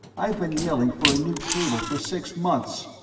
i've been yelling for a new cable for six months.